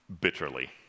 bitterly